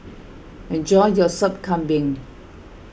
enjoy your Sop Kambing